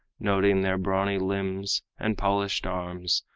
noting their brawny limbs and polished arms,